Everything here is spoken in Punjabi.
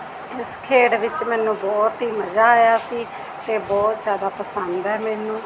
ਇਸ ਖੇਡ ਵਿੱਚ ਮੈਨੂੰ ਬਹੁਤ ਹੀ ਮਜ਼ਾ ਆਇਆ ਸੀ ਅਤੇ ਬਹੁਤ ਜ਼ਿਆਦਾ ਪਸੰਦ ਹੈ ਮੈਨੂੰ